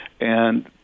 And-